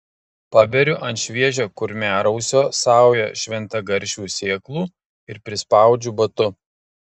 paberiu ant šviežio kurmiarausio saują šventagaršvių sėklų ir prispaudžiu batu